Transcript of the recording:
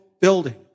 building